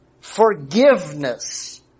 forgiveness